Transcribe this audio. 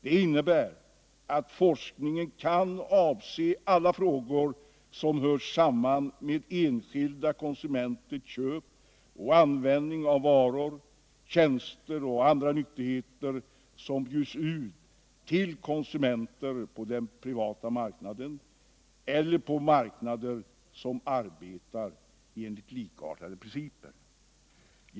Det innebär att forskningen kan avse alla frågor som hör samman med enskilda konsumenters köp och användning av varor, tjänster och andra nyttigheter som bjuds ut till konsumenter på den privata marknaden eller på marknader som arbetar enligt likartade principer.